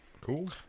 cool